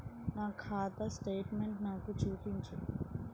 నా ఖాతా స్టేట్మెంట్ను నాకు చూపించు